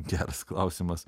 geras klausimas